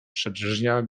przedrzeźniała